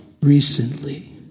recently